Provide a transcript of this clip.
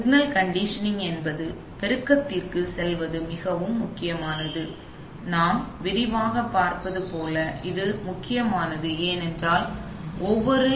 signal conditioning என்பது பெருக்கத்திற்குச் செல்வது மிகவும் முக்கியமானது நாம் விரிவாகப் பார்ப்பது போல இது முக்கியமானது ஏனென்றால் ஒவ்வொரு